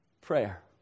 prayer